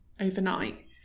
overnight